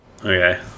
Okay